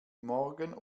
morgen